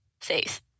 faith